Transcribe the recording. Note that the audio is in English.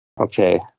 okay